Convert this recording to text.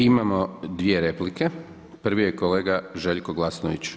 Imamo dvije replike, prvi je kolega Željko Glasnović.